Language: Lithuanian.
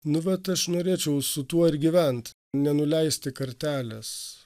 nu vat aš norėčiau su tuo ir gyvent nenuleisti kartelės